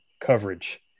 coverage